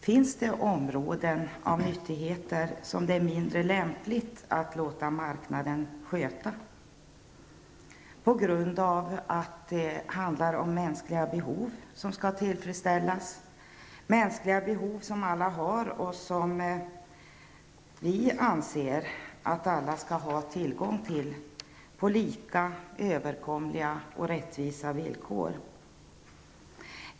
Finns det områden av nyttigheter som det är mindre lämpligt att marknaden sköter, på grund av att det är mänskliga behov som skall tillfredsställas? Det gäller mänskliga behov som alla har, och där vi åtminstone fram till nu har ansett att alla skall kunna täcka sina behov på lika, överkomliga och rättvisa villkor.